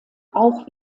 auch